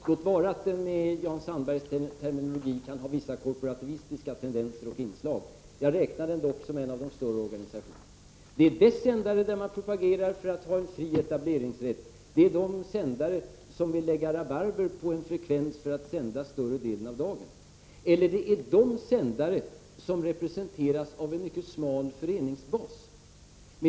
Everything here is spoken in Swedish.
Låt vara att denna organisation med Jan Sandbergs terminologi kan ha vissa korporativistiska tendenser och inslag. Jag räknar den dock som en av de större organisationerna. De sändare som nu propagerar för en fri etableringsrätt är de sändare som vill skaffa sig en frekvens för att kunna sända större delen av dagen. Dessa sändare representeras av en mycket smal föreningsbas.